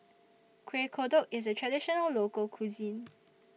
Kueh Kodok IS A Traditional Local Cuisine